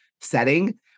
setting